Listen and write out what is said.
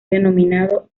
denominado